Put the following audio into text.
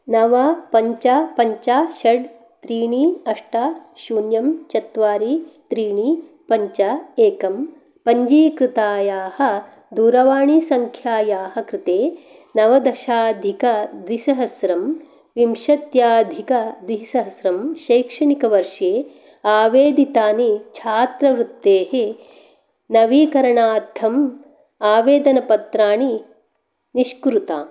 नव पञ्च पञ्च षट् त्रीणि अष्ट शून्यं चत्वारि त्रीणि पञ्च एकं पञ्जीकृतायाः दूरवाणीसंख्यायाः कृते नवदशाधिकद्विसहस्रं विंशत्यधिकद्विसहस्रं शैक्षणिकवर्षे आवेदितानि छात्रवृत्तेः नवीकरणार्थम् आवेदनपत्राणि निष्कुरुताम्